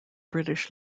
british